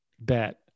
bet